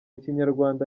kinyarwanda